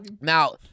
Now